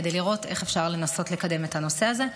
כדי לראות איך אפשר לקדם את הנושא הזה.